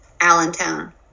Allentown